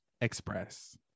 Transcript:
express